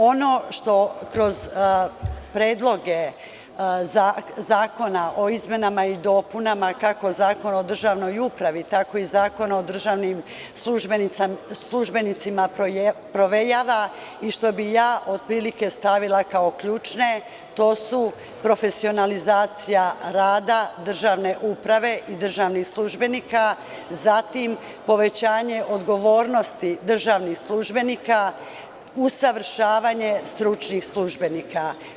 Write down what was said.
Ono što kroz predloge zakona o izmenama i dopunama, kako Zakona o državnoj upravi, tako i Zakona o državnim službenicima provejava i što bih ja otprilike stavila kao ključne, to su profesionalizacija rada državne uprave i državnih službenika, zatim povećanje odgovornosti državnih službenika, usavršavanje stručnih službenika.